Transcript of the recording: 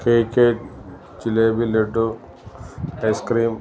cake jalebi laddu ice cream